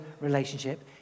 relationship